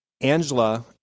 Angela